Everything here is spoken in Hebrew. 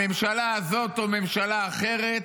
הממשלה הזאת או ממשלה אחרת